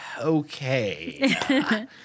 Okay